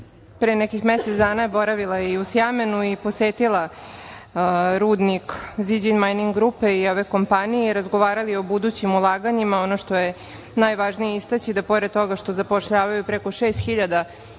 pre nekih mesec dana boravila i u Sjamenu i posetila rudnik „Zijin Mining Group“ i ove kompanije i razgovarali o budućim ulaganjima. Ono što je najvažnije istaći da pored toga što zapošljavaju preko 6.000